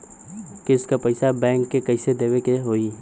किस्त क पैसा बैंक के कइसे देवे के होई?